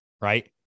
right